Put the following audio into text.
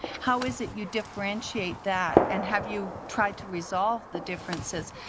how is it you differentiate that and have you tried to resolve the differences?